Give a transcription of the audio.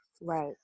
Right